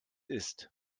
ist